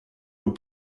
aux